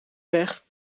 weg